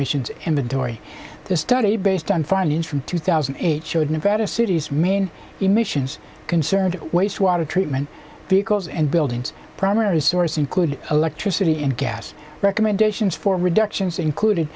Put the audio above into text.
emissions inventory the study based on farm in from two thousand and eight showed nevada city's main emissions concerned wastewater treatment because and buildings primary source include electricity and gas recommendations for reductions included